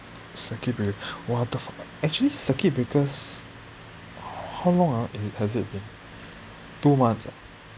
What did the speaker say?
circuit breaker what the fuck actually circuit breaker's how long ah has it been two months ah